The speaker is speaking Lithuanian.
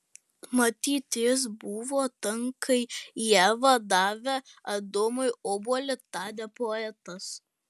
matyt jis buvo ten kai ieva davė adomui obuolį tarė poetas